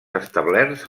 establerts